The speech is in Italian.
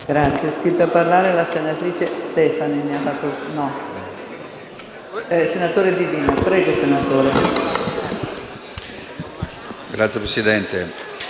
Grazie